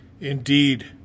Indeed